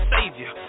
Savior